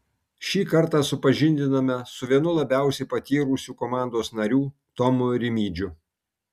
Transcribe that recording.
šį kartą supažindiname su vienu labiausiai patyrusių komandos narių tomu rimydžiu